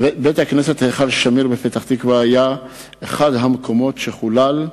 בית-הכנסת "היכל שמיר" בפתח-תקווה היה אחד המקומות שחולל,